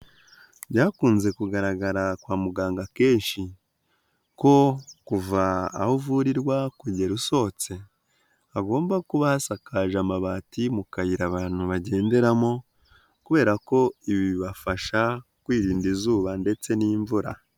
Byakunze kugaragara kwa muganga kenshi ko kuva aho uvurirwa kugera usohotse hagomba kuba hasakaje amabati mu kayira abantu bagenderamo kubera ko ibi bibafasha kwirinda izuba ndetse n'imvura.